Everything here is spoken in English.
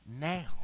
Now